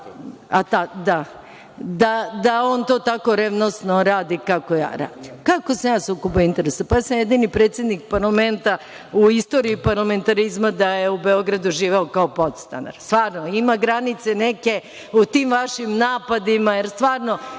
da on to tako revnosno radi kako ja radim. Kako sam ja u sukobu interesa? Pa, ja sam jedini predsednik parlamenta u istoriji parlamentarizma da je u Beogradu živeo kao podstanar. Stvarno, ima granice neke u tim vašim napadima, jer stvarno,